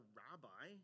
rabbi